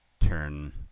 turn